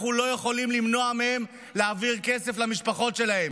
אנחנו לא יכולים למנוע מהם להעביר כסף למשפחות שלהם.